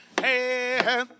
hey